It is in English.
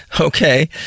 okay